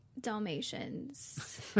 Dalmatians